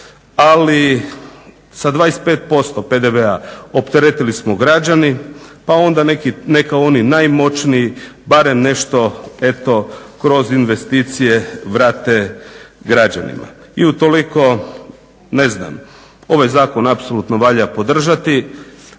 Ali, sa 25% PDV-a opteretili smo građane pa onda neka oni najmoćniji barem nešto eto kroz investicije vrate građanima. I utoliko ne znam ovaj zakon apsolutno valja podržati.